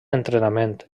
entrenament